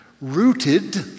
rooted